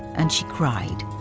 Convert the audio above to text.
and she cried.